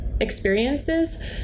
experiences